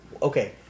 Okay